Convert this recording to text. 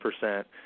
percent